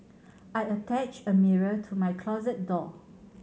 I attached a mirror to my closet door